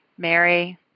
Mary